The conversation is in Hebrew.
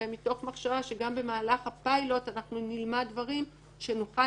מתוך מחשבה שגם במהלך הפיילוט אנחנו נלמד דברים שנוכל